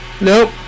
Nope